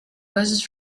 verses